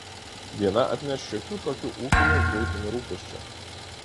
diena atneš šiokių tokių ūkinių buitinių rūpesčių